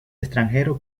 extranjero